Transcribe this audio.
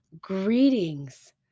Greetings